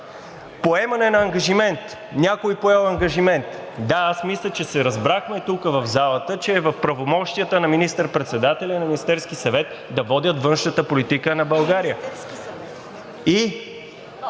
поемане на ангажимент – някой поел ангажимент… Да, аз мисля, че се разбрахме тук, в залата, че е в правомощията на министър-председателя и на Министерския съвет да водят външната политика на България и